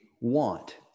want